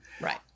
Right